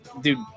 Dude